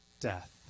death